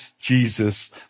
Jesus